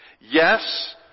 Yes